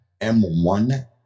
M1